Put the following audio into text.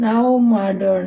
ನಾನು ಮಾಡೋಣ